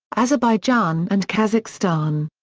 azerbaijan and kazakhstan.